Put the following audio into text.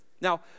Now